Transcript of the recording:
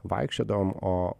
vaikščiodavom o